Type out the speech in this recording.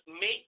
make